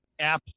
apps